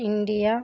India